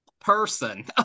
person